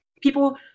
people